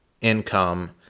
income